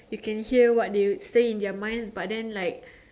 you can hear what they say in their minds but then like